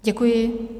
Děkuji.